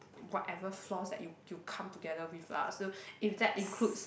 whatever flaws that you you come together with lah so if that includes